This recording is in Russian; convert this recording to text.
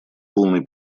полной